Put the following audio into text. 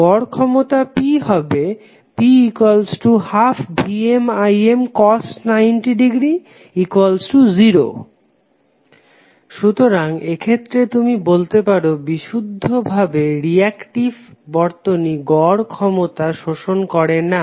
গড় ক্ষমতা P হবে P12VmImcos 90 0 সুতরাং এক্ষেত্রে তুমি বলতে পারো বিশুদ্ধ ভাবে রিঅ্যাক্টিভ বর্তনী গড় ক্ষমতা শোষণ করে না